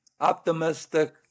optimistic